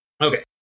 Okay